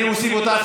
אני מוסיף אותך